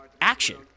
action